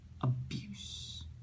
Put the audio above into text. abuse